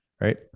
right